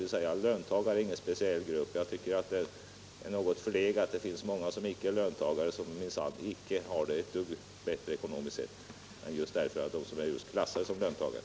på alla i vårt samhälle — det finns många som inte är löntagare men som inte har det ett dugg bättre än de som klassas som just löntagare.